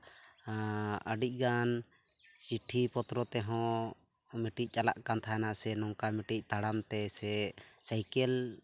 ᱟᱹᱰᱤᱜᱟᱱ ᱪᱤᱴᱷᱤ ᱯᱚᱛᱨᱚ ᱛᱮᱦᱚᱸ ᱢᱤᱫᱴᱮᱱ ᱪᱟᱞᱟᱜ ᱠᱟᱱ ᱛᱟᱦᱮᱱᱟ ᱥᱮ ᱱᱚᱝᱠᱟ ᱢᱤᱫᱴᱮᱱ ᱛᱟᱲᱟᱢ ᱛᱮ ᱥᱮ ᱥᱟᱭᱠᱮᱞ